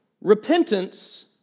Repentance